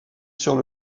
sur